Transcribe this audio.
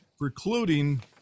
precluding